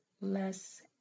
less